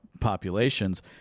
populations